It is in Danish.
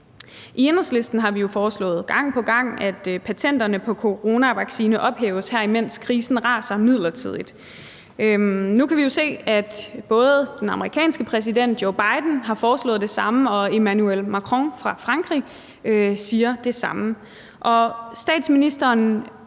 I Enhedslisten har vi jo gang på gang foreslået, at patenterne på coronavaccine ophæves midlertidigt, mens krisen raser. Nu kan vi se, at den amerikanske præsident Joe Biden har foreslået det samme og Emmanuel Macron siger det samme.